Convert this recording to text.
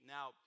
Now